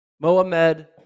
Mohamed